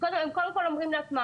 הם אומרים לעצמם,